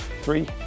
Three